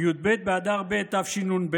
בי"ב באדר ב' תשנ"ב